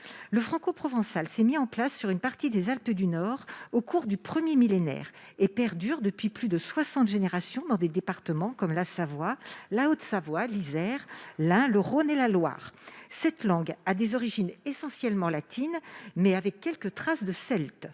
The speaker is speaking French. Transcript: langue s'est mise en place sur une partie des Alpes du Nord au cours du premier millénaire et perdure depuis plus de soixante générations dans des départements tels que la Savoie, la Haute-Savoie, l'Isère, l'Ain, le Rhône et la Loire. Elle a des origines essentiellement latines, avec quelques traces de celte.